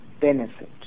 benefit